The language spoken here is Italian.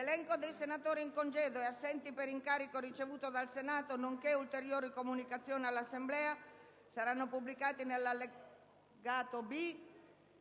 L'elenco dei senatori in congedo e assenti per incarico ricevuto dal Senato, nonché ulteriori comunicazioni all'Assemblea saranno pubblicati nell'allegato B